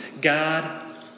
God